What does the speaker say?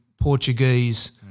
Portuguese